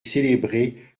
célébrer